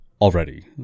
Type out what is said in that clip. already